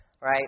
right